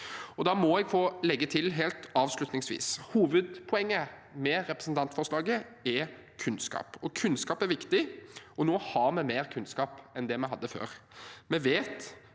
Jeg må få legge til, helt avslutningsvis: Hovedpoenget med representantforslaget er kunnskap. Kunnskap er viktig, og nå har vi mer kunnskap enn det vi hadde før.